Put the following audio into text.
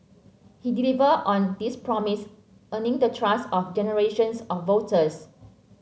he delivered on this promise earning the trust of generations of voters